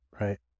right